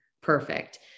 perfect